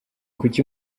kuki